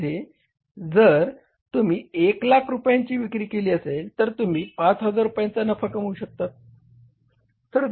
मध्ये जर तुम्ही 100000 रुपयांची विक्री केली असेल तर तुम्ही 5000 रुपयांचा नफा कमवू शकतात